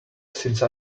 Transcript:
since